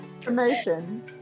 Promotion